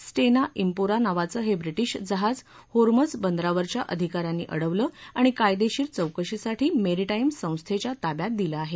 स्टेना पिरो नावाचं हे ब्रिटिश जहाज होर्मझ बंदरावरच्या अधिका यांनी अडवलं आणि कायदेशीर चौकशीसाठी मेरिटाईन संस्थेच्या ताब्यात दिलं आहे